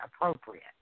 appropriate